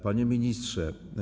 Panie Ministrze!